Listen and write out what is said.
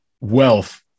wealth